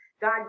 God